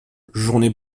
journées